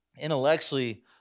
intellectually